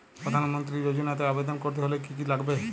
প্রধান মন্ত্রী যোজনাতে আবেদন করতে হলে কি কী লাগবে?